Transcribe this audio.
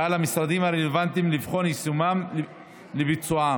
ועל המשרדים הרלוונטיים לבחון ישימות לביצועם.